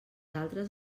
altres